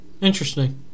interesting